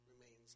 remains